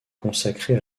consacrée